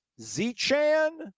Z-Chan